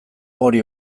hori